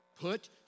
Put